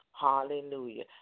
Hallelujah